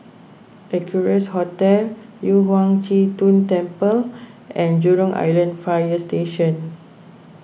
Equarius Hotel Yu Huang Zhi Zun Temple and Jurong Island Fire Station